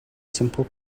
simple